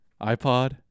iPod